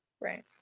Right